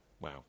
Wow